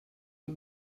und